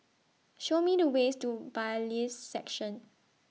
Show Me The ways to Bailiffs' Section